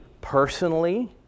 personally